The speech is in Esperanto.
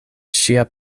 ŝia